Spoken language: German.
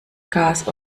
gas